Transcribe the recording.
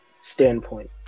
standpoint